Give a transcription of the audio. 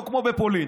לא כמו בפולין,